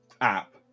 app